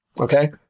Okay